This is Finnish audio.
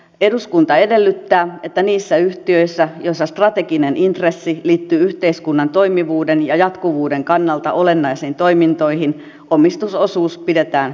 eduskunta edellyttää että niissä yhtiöissä joissa strateginen intressi liittyy yhteiskunnan toimivuuden ja jatkuvuuden kannalta olennaisiin toimintoihin omistusosuus pidetään ennallaan